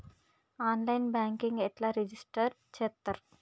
On line banking register రిజిష్టర్ చేత్తరు?